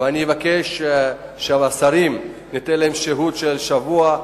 ואבקש שלשרים תהיה שהות של שבוע.